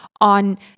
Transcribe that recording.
on